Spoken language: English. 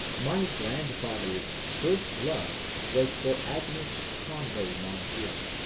my grandfather's first love was for agnes conway mon cure,